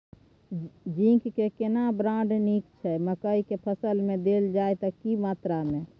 Zinc के केना brand नीक छैय मकई के फसल में देल जाए त की मात्रा में?